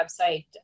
website